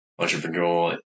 entrepreneurial